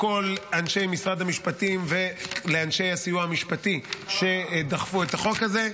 לכל אנשי משרד המשפטים ולאנשי הסיוע המשפטי שדחפו את החוק הזה.